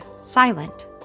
silent